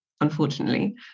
unfortunately